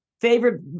favorite